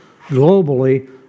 globally